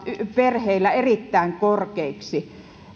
perheillä erittäin korkeiksi kysyn